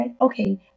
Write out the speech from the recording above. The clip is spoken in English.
Okay